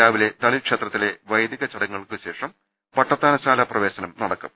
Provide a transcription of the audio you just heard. രാവിലെ തളിക്ഷേത്രത്തിലെ വൈദിക ചടങ്ങുകൾക്കുശേഷം പട്ടത്താനശാല പ്രവേശനം നടക്കും